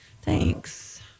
Thanks